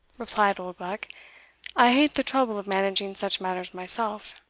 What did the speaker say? replied oldbuck i hate the trouble of managing such matters myself.